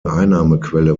einnahmequelle